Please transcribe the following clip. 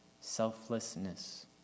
selflessness